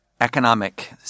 economic